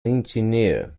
engineer